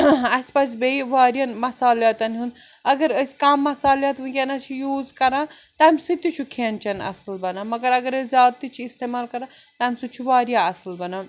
اَسہِ پَزِ بیٚیہِ واریاہَن مَسالاتَن ہُنٛد اگر أسۍ کانٛہہ مسالیت وٕنکٮ۪نَس چھِ یوٗز کَران تَمہِ سۭتۍ تہِ چھُ کھٮ۪ن چٮ۪ن اَصٕل بَنان مگر اگر أسۍ زیادٕ تہِ چھِ اِستعمال کَران تَمہِ سۭتۍ چھُ واریاہ اَصٕل بَنان